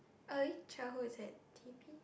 early childhood is at T_P